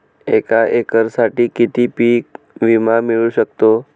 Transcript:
एका एकरसाठी किती पीक विमा मिळू शकतो?